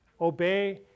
Obey